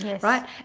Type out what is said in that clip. right